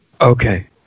Okay